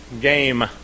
game